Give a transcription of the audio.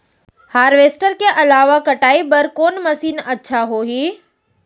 Harvester के अलावा कटाई बर कोन मशीन अच्छा होही?